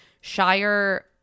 Shire